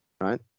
right